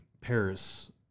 Paris